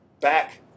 back